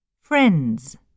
Friends